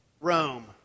Rome